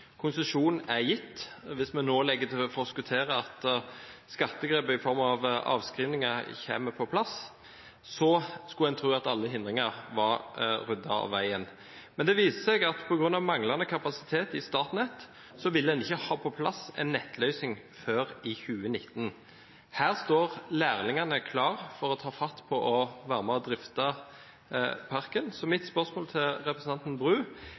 konsesjon er gitt, og hvis vi nå forskutterer at skattegrep i form av avskrivninger kommer på plass, skulle en tro at alle hindringer var ryddet av veien. Men det viser seg at på grunn av manglende kapasitet i Statnett vil en ikke ha på plass en nettløsning før i 2019. Her står lærlingene klar til å ta fatt og til å være med og drifte parken. Mitt spørsmål til representanten Bru